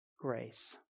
grace